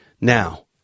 Now